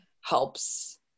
helps